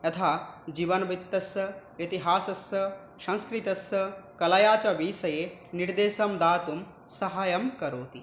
यथा जीवनवृत्तस्य इतिहासस्य संस्कृतस्य कलायाः च विषये निर्देशं दातुं साहाय्यं करोति